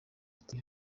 ati